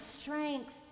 strength